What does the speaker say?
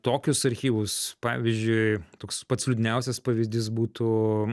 tokius archyvus pavyzdžiui toks pats liūdniausias pavyzdys būtų